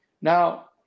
Now